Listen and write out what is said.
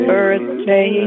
Birthday